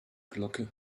glocke